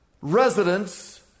residents